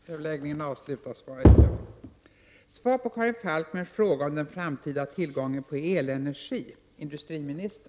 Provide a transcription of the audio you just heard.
Fru talman! Jag tackar för svaret. Jag har mycket noga läst LO:s utredning tidigare.